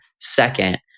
Second